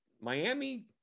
Miami